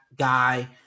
guy